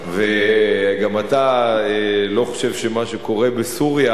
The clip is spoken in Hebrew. וגם אתה לא חושב שמה שקורה בסוריה,